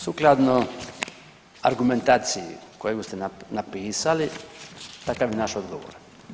Sukladno argumentaciji koju ste napisali takav je naš odgovor.